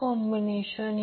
58 milli Henry